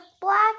black